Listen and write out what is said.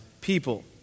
people